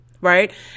right